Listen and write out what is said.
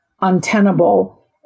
untenable